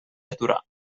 aturar